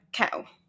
cow